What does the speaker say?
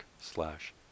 slash